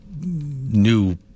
new